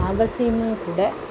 அவசியமும் கூட